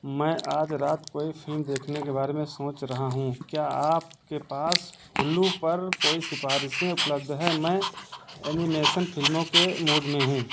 मैं आज रात कोई फ़िल्म देखने के बारे में सोच रहा हूँ क्या आपके पास उल्लू पर कोई सिफ़ारिशें उपलब्ध है मैं एनिमेशन फ़िल्मों के मूड में हूँ